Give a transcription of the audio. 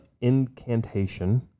incantation